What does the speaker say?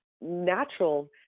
natural